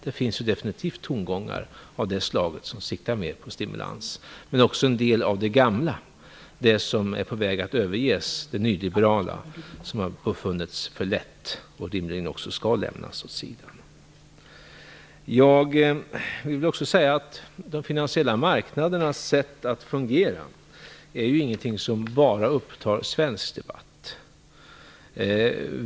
Det finns definitivt tongångar av det slaget som siktar mer på stimulans, men också en del av det gamla, det som är på väg att överges - det nyliberala, som befunnits för lätt och rimligen också skall lämnas åt sidan. Jag vill också säga att de finansiella marknadernas sätt att fungera inte är någonting som bara upptar svensk debatt.